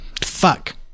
Fuck